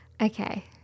Okay